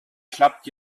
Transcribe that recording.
klappt